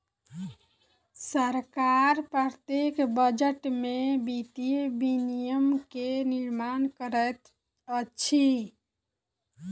सरकार प्रत्येक बजट में वित्तीय विनियम के निर्माण करैत अछि